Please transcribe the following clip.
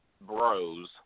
bros